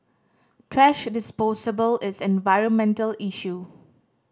thrash possible is an environmental issue